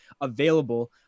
available